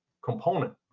component